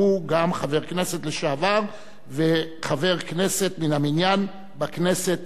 שהוא גם חבר כנסת לשעבר וחבר כנסת מן המניין בכנסת